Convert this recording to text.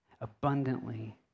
abundantly